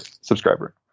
subscriber